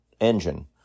engine